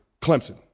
Clemson